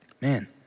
man